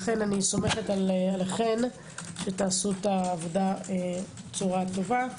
לכן אני סומכת עליכן, שתעשו את העבודה בצורה טובה.